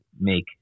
make